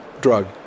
drug